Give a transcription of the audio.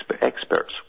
experts